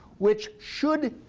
which should